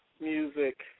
music